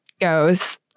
goes